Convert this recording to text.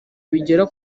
bigera